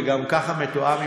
וגם ככה מתואם,